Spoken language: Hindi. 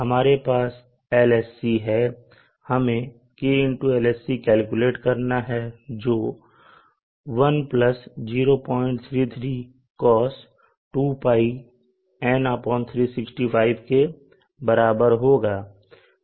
हमारे पास LSC है और हमें kLSC कैलकुलेट करना है जो 1 0033 Cos 2Π N365 के बराबर होगा